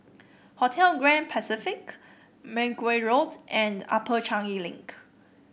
Hotel Grand Pacific Mergui Road and Upper Changi Link